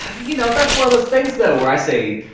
you know, that's one of those things, though, where i say,